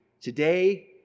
today